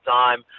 time